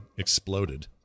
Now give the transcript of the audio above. exploded